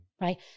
Right